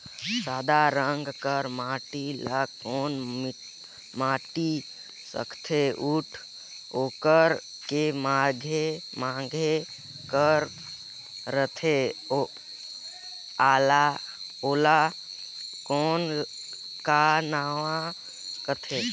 सादा रंग कर माटी ला कौन माटी सकथे अउ ओकर के माधे कर रथे ओला कौन का नाव काथे?